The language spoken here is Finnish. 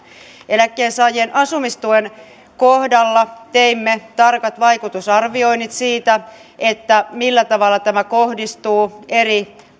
eläkkeensaajien asumistuen kohdalla teimme tarkat vaikutusarvioinnit siitä millä tavalla tämä kohdistuu eri